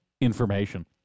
information